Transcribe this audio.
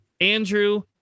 Andrew